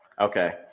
Okay